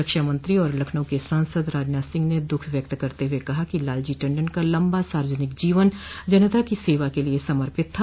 रक्षा मंत्री और लखनऊ के सांसद राजनाथ सिंह ने दुख व्यक्त करते हुए कहा कि लालजी टंडन का लंबा सार्वजनिक जीवन जनता की सेवा के लिए समर्पित था